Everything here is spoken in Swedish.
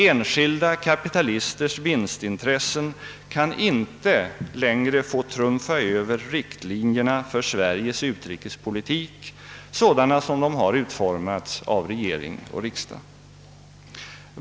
Enskilda kapitalisters vinstintressen kan inte längre få trumfa över riktlinjerna i Sveriges utrikespolitik såsom dessa utformats av regering och riksdag.